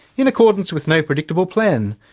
in accordance with no predictable plan.